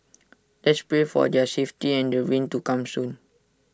let's pray for their safety and the rains to come soon